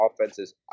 offenses